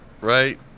Right